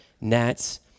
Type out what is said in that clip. gnats